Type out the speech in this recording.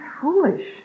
foolish